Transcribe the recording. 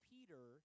Peter